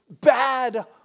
bad